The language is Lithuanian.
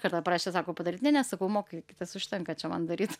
kartą prašė sako padaryt ne ne sakau mokykitės užtenka čia man daryt